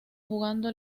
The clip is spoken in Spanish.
jugando